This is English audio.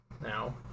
now